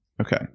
okay